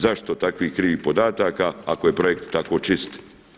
Zašto takvih krivih podataka ako je projekt tako čist?